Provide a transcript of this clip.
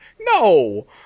No